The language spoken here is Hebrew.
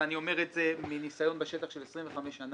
ואני אומר את זה מניסיון בשטח של 25 שנה